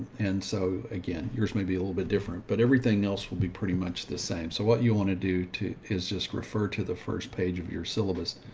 and so again, yours may be a little bit different, but everything else will be pretty much the same. so what you want to do too, is just refer to the first page of your syllabus.